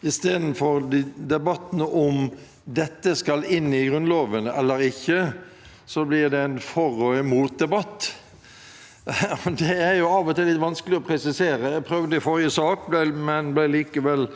istedenfor en debatt om hvorvidt dette skal inn i Grunnloven eller ikke, blir det en for-eller-imot-debatt. Det er av og til litt vanskelig å presisere. Jeg prøvde i forrige sak, men ble likevel